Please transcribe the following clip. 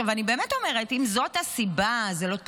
עכשיו אני באמת אומרת, אם זאת הסיבה, זה לא תקין,